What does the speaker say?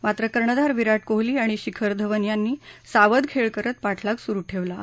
मात्र कर्णधार विराट कोहली आणि शिखर धवन यांनी सावध खेळ करत पाठलाग सुरू ठेवला आहे